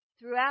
Throughout